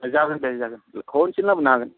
जागोन दे जागोन खनसेनो लाबोनो हागोन